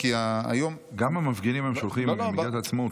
גם המפגינים שהולכים עם מגילת העצמאות,